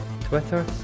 Twitter